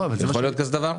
יכול להיות כזה דבר?